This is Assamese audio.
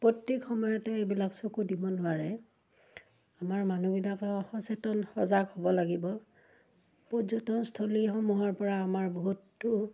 প্ৰত্যেক সময়তে এইবিলাক চকু দিব নোৱাৰে আমাৰ মানুহবিলাকো সচেতন সজাগ হ'ব লাগিব পৰ্যটনস্থলীসমূহৰপৰা আমাৰ বহুতো